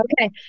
okay